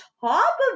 top